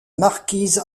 marquise